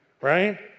Right